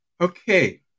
Okay